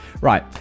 Right